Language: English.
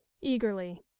eagerly